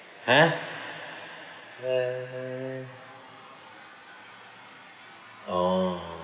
ha uh oh